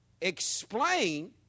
explain